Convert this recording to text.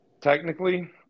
technically